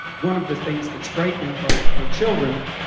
one of the things that's frightening about your children